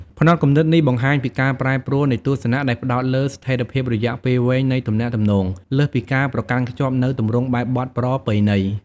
ផ្នត់គំនិតនេះបង្ហាញពីការប្រែប្រួលនៃទស្សនៈដែលផ្ដោតលើស្ថិរភាពរយៈពេលវែងនៃទំនាក់ទំនង លើសពីការប្រកាន់ខ្ជាប់នូវទម្រង់បែបបទប្រពៃណី។